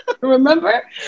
Remember